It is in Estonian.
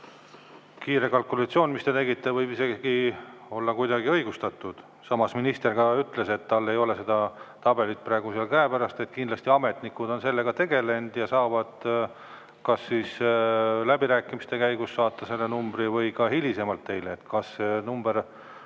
Kiire kalkulatsioon, mis te tegite, võib isegi olla kuidagi õigustatud. Samas, minister ka ütles, et tal ei ole seda tabelit praegu käepärast, et kindlasti ametnikud on sellega tegelenud ja kas läbirääkimiste käigus saate selle numbri või ka hilisemalt teile, kas see number